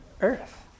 earth